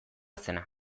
zena